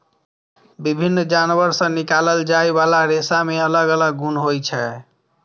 विभिन्न जानवर सं निकालल जाइ बला रेशा मे अलग अलग गुण होइ छै